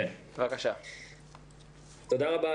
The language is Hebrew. תודה רבה,